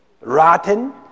rotten